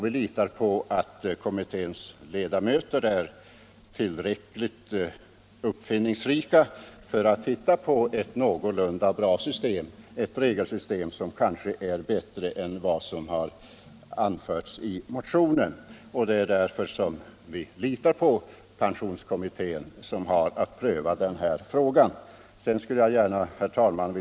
Vi litar på att kommitténs ledamöter skall vara tillräckligt uppfinningsrika för att hitta på ett någorlunda bra regelsystem, bättre än det som föreslagits i motionen.